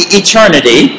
eternity